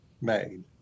made